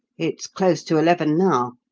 it's close to eleven now.